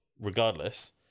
regardless